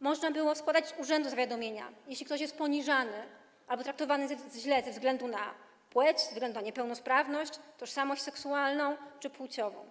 można było składać z urzędu zawiadomienia, jeśli ktoś jest poniżany albo został potraktowany źle ze względu na płeć, ze względu na niepełnosprawność, tożsamość seksualną czy płciową.